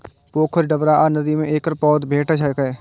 पोखरि, डबरा आ नदी मे एकर पौधा भेटै छैक